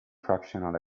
fractional